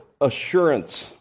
assurance